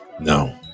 No